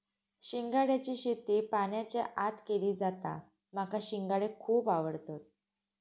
शिंगाड्याची शेती पाण्याच्या आत केली जाता माका शिंगाडे खुप आवडतत